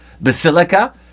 Basilica